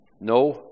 No